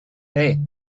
hey